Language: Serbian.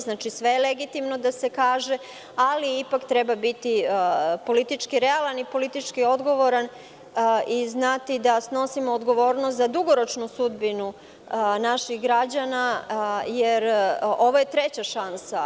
Znači, sve je legitimno da se kaže ali ipak treba biti politički realan i politički odgovoran i znati da snosimo odgovornost za dugoročnu sudbinu naših građana jer ovo je treća šansa.